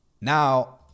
now